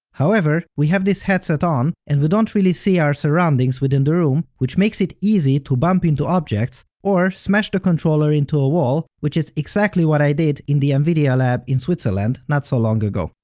however, we have this headset on, and we don't really see our surroundings within the room, which makes it easy to bump into objects, or smash the controller into the ah wall, which is exactly what i did in the nvidia lab in switzerland not so long ago.